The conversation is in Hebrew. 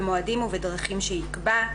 במועדים ובדרכים שיקבע.